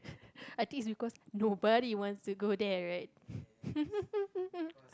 I think it's because nobody want to go there right